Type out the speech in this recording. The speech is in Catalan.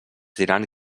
diran